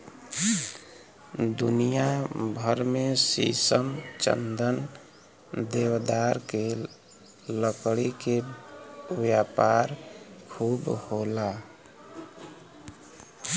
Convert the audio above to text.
दुनिया भर में शीशम, चंदन, देवदार के लकड़ी के व्यापार खूब होला